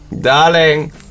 darling